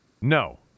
No